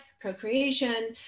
procreation